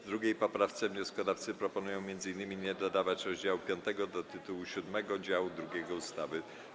W 2. poprawce wnioskodawcy proponują m.in. nie dodawać rozdziału piątego do tytułu siódmego działu drugiego ustawy.